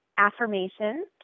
affirmation